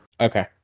Okay